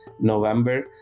November